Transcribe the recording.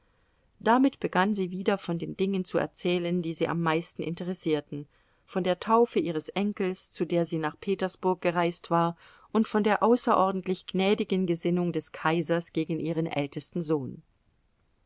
damit begann sie wieder von den dingen zu erzählen die sie am meisten interessierten von der taufe ihres enkels zu der sie nach petersburg gereist war und von der außerordentlich gnädigen gesinnung des kaisers gegen ihren ältesten sohn